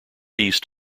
east